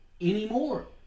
anymore